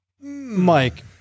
Mike